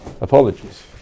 Apologies